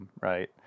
right